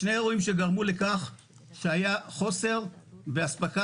שני אירועים שגרמו לכך שהיה חוסר באספקת